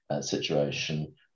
situation